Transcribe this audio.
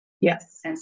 Yes